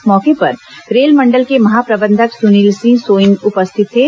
इस मौके पर रेलमंडल के महाप्रबंधक सुनील सिंह सोईन उपस्थित थे